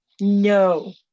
No